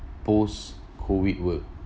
post-COVID world